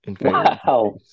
Wow